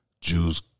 Jews